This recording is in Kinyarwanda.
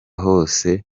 hose